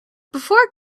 before